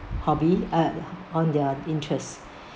hobby err ho~ on their interest